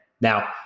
Now